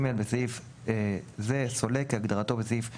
בסעיף זה, "סולק" - כהגדרתו בסעיף 29(ג)